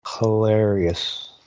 hilarious